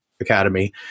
Academy